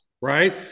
right